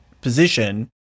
position